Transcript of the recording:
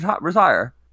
retire